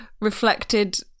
reflected